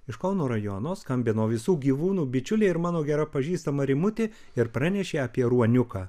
iš kauno rajono skambino visų gyvūnų bičiulė ir mano gera pažįstama rimutė ir pranešė apie ruoniuką